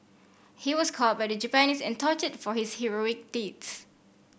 he was caught by the Japanese and tortured for his heroic deeds